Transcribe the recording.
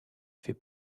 fait